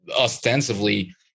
ostensibly